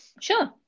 Sure